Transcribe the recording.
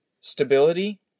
stability